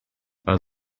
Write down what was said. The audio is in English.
are